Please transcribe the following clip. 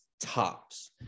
tops